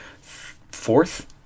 fourth